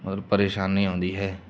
ਮਤਲਬ ਪਰੇਸ਼ਾਨੀ ਆਉਂਦੀ ਹੈ